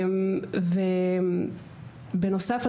בנוסף,